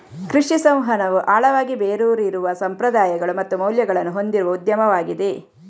ಕೃಷಿ ಸಂವಹನವು ಆಳವಾಗಿ ಬೇರೂರಿರುವ ಸಂಪ್ರದಾಯಗಳು ಮತ್ತು ಮೌಲ್ಯಗಳನ್ನು ಹೊಂದಿರುವ ಉದ್ಯಮವಾಗಿದೆ